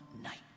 night